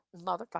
motherfucker